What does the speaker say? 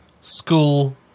school